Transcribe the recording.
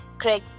Craig